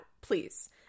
please